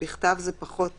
בכתב זה פחות